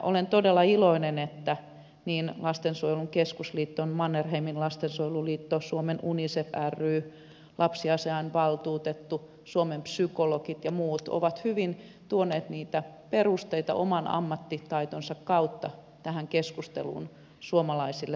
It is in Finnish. olen todella iloinen että niin lastensuojelun keskusliitto mannerheimin lastensuojeluliitto suomen unicef ry lapsiasiavaltuutettu kuin suomen psykologit ja muut ovat hyvin tuoneet niitä perusteita oman ammattitaitonsa kautta tähän keskusteluun suomalaisille pohdittavaksi